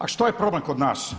A što je problem kod nas?